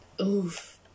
Oof